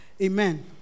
amen